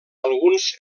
alguns